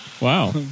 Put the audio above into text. Wow